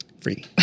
free